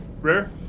Rare